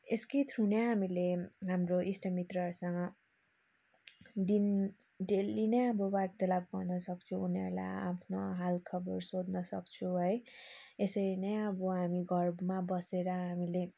यसकै थ्रु नै हामीले हाम्रो इष्टमित्रहरूसँग दिन डेली नै अब वार्तालाप गर्न सक्छ उनीहरूलाई आफ्नो हाल खबर सोध्न सक्छु है यसरी नै अब हामी घरमा बसेर हामीले